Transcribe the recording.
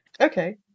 Okay